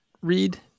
read